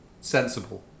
Sensible